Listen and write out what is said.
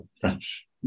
French